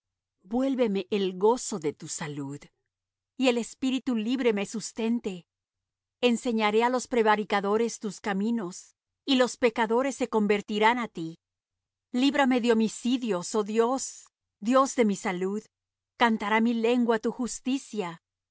vuélveme el gozo de tu salud y el espíritu libre me sustente enseñaré á los prevaricadores tus caminos y los pecadores se convertirán á ti líbrame de homicidios oh dios dios de mi salud cantará mi lengua tu justicia